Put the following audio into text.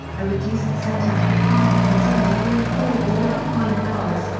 a reduced sentence required the consent of all four of the occupying powers,